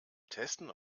testen